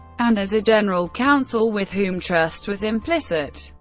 and as a general counsel with whom trust was implicit.